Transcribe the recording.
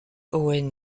owen